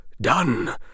done